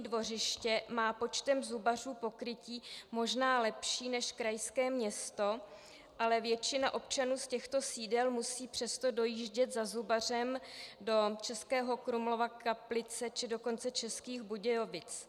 Dvořiště má počtem zubařů pokrytí možná lepší než krajské město, ale většina občanů z těchto sídel musí přesto dojíždět za zubařem do Českého Krumlova, Kaplice, či dokonce do Českých Budějovic.